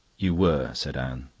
you were, said anne.